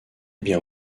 bien